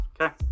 Okay